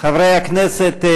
חברי הכנסת,